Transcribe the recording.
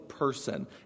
Person